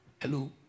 Hello